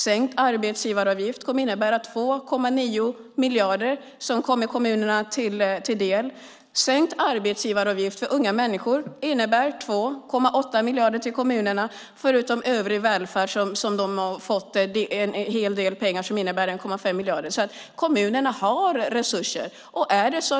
Sänkt arbetsgivaravgift kommer att innebära 2,9 miljarder som kommer kommunerna till del. Sänkt arbetsgivaravgift för unga människor innebär 2,8 miljarder till kommunerna. Dessutom har vi övrig välfärd som de har fått och som innebär 1,5 miljarder. Kommunerna har alltså resurser.